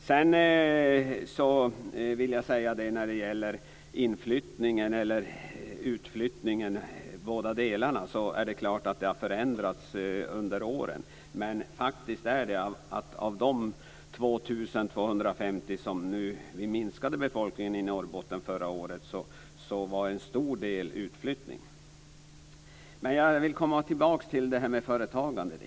Det är klart att både inflyttningen och utflyttningen har förändrats under åren. Men av de 2 250 som befolkningen minskade med i Norrbotten under förra året berodde en stor del på utflyttning. Jag vill återkomma till företagandet.